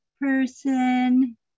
person